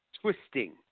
twisting